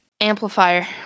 Amplifier